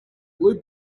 blue